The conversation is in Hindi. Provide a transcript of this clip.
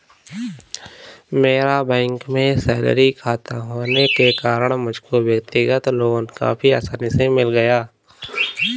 मेरा बैंक में सैलरी खाता होने के कारण मुझको व्यक्तिगत लोन काफी आसानी से मिल गया